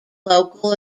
local